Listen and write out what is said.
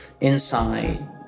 inside